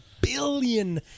billion